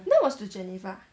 that was to geneva